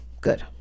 good